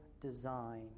design